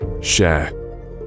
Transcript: Share